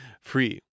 free